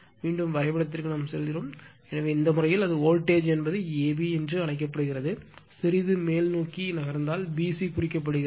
மீண்டும் வரைபடத்திற்கு சென்றால் எனவே இந்த முறையில் அது வோல்டேஜ் என்பது a b என்று அழைக்கப்படுகிறது சிறிது மேல் நோக்கி நகர்ந்தால் b c குறிக்கப்படுகிறது